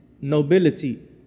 nobility